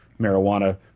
marijuana